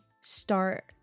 start